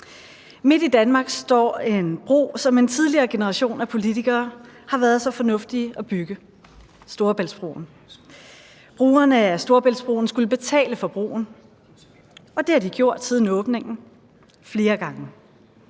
Midt i Danmark står en bro, som en tidligere generation af politikere har været så fornuftige at bygge – Storebæltsbroen. Brugerne af Storebæltsbroen skulle betale for broen, og det har de gjort siden åbningen – flere gange.